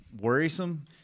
worrisome